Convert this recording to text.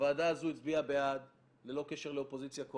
הוועדה הזאת הצביעה בעד ללא קשר לאופוזיציה-קואליציה.